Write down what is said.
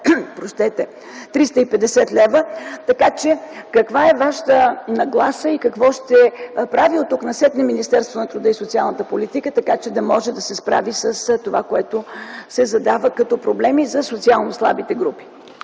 увреждане – 350 лв. Така че каква е Вашата нагласа и какво ще прави оттук насетне Министерството на труда и социалната политика, така че може да се справи с това, което се задава като проблеми за социално слабите групи?